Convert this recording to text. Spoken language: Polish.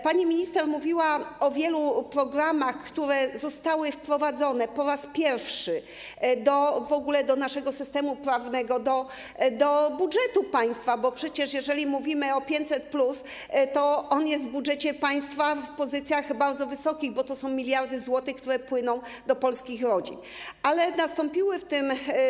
Pani minister mówiła o wielu programach, które zostały wprowadzone w ogóle po raz pierwszy do naszego systemu prawnego, do budżetu państwa, bo przecież jeżeli mówimy o 500+, to on jest w budżecie państwa w pozycjach bardzo wysokich, bo to są miliardy złotych, które płyną do polskich rodzin, ale nastąpiły w tym.